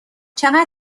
چقدر